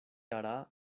hará